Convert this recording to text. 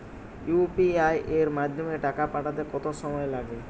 UPI এর মাধ্যমে টাকা পাঠাতে কত সময় লাগে?